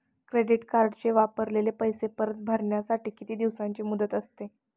Credit कार्डचे वापरलेले पैसे परत भरण्यासाठी किती दिवसांची मुदत असते?